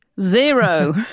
Zero